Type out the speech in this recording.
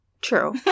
True